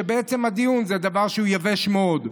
בעצם הדיון זה דבר שהוא יבש מאוד.